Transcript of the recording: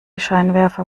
scheinwerfer